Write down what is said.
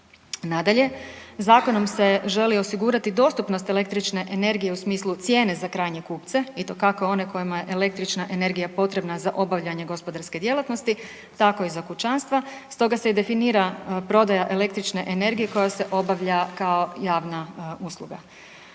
Nadalje, zakonom se želi osigurati dostupnost električne energije u smislu cijene za krajnje kupce i to kako one kojima je električna energija potrebna za obavljanje gospodarske djelatnosti tako i za kućanstva, stoga se i definira prodaja električne energije koja se obavlja kao javna usluga.